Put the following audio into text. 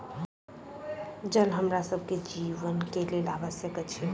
जल हमरा सभ के जीवन के लेल आवश्यक अछि